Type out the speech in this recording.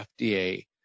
FDA